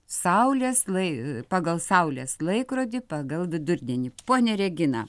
saulės lai pagal saulės laikrodį pagal vidurdienį ponia regina